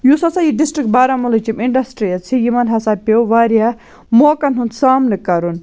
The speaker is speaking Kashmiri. یُس ہَسا یہِ ڈِسٹرک بارہمولہٕچ اِنڈَسٹِرٛیٖز چھِ یِمَن ہَسا پیو وارِیاہ موقعن ہُنٛد سامنہٕ کَرُن